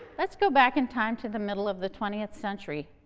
let's go back in time to the middle of the twentieth century.